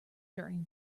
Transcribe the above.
during